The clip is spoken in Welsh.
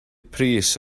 pris